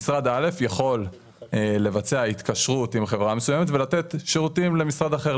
משרד א' יכול לבצע התקשרות עם חברה מסוימת ולתת שירותים למשרד אחר.